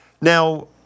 now